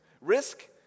Risk